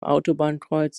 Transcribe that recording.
autobahnkreuz